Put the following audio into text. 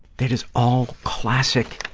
that is all classic,